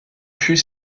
fut